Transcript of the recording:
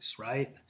Right